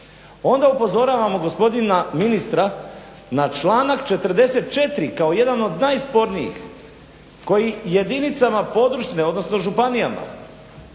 Onda upozoravamo gospodina ministra na članak 44. kao jedan od najspornijih koji jedinicama područne, odnosno županijama,